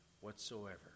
whatsoever